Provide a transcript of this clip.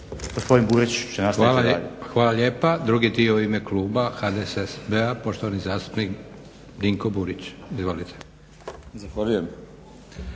Hvala lijepa. Drugi dio u ime kluba HDSSB-a poštovani zastupnik Dinko Burić, izvolite.